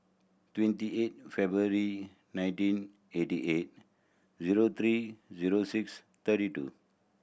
twenty eight February nineteen eighty eight zero three zero six thirty two